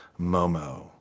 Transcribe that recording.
Momo